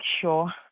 sure